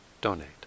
donate